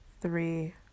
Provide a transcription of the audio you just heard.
three